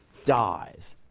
dies,